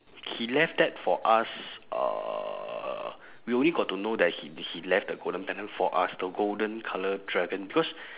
he left that for us uh we only got to know that he he left the golden pendant for us the golden colour dragon because